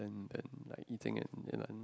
um than than like eating at other